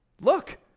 look